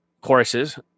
courses